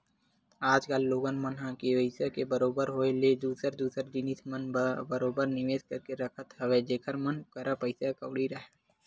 आज कल लोगन मन ह पइसा के बरोबर होय ले दूसर दूसर जिनिस मन म बरोबर निवेस करके रखत हवय जेखर मन करा पइसा कउड़ी हवय